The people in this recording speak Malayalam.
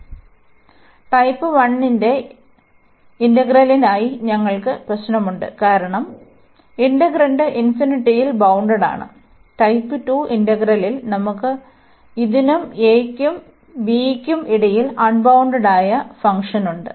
അതിനാൽ ടൈപ്പ് 1 ന്റെ ഇന്റഗ്രലിനായി ഞങ്ങൾക്ക് പ്രശ്നമുണ്ട് കാരണം ഇന്റഗ്രാന്റ് ഇൻഫിനിറ്റിയിൽ ബൌൺണ്ടഡാണ് ടൈപ്പ് 2 ഇന്റഗ്രലിൽ നമുക്ക് ഇതിനും a യ്ക്കും b യ്ക്കും ഇടയിൽ അൺബൌൺണ്ടഡായ ഫംഗ്ഷനുണ്ട്